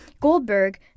Goldberg